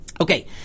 Okay